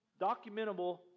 documentable